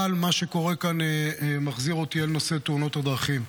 אבל מה שקורה כאן מחזיר אותי אל נושא תאונות הדרכים.